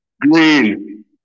Green